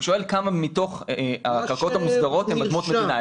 הוא שואל כמה מתוך האדמות המוסדות הן אדמות מדינה,